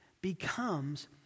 becomes